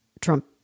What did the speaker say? Trump